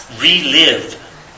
relive